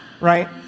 Right